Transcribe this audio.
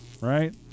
right